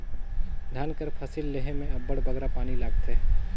धान कर फसिल लेहे में अब्बड़ बगरा पानी लागथे